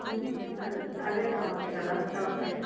అదే అదే కావాలి కదా ఎవరికన్నా